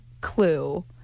clue